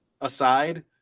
aside